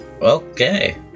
Okay